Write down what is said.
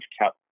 cap